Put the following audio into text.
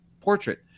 portrait